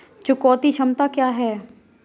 चुकौती क्षमता क्या है?